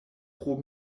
pro